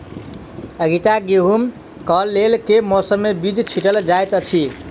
आगिता गेंहूँ कऽ लेल केँ मौसम मे बीज छिटल जाइत अछि?